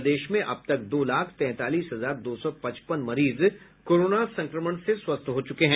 प्रदेश में अब तक दो लाख तैंतालीस हजार दो सौ पचपन मरीज कोरोना संक्रमण से स्वस्थ हो चुके हैं